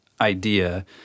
idea